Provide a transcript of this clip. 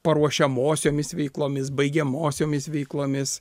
paruošiamosiomis veiklomis baigiamosiomis veiklomis